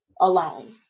alone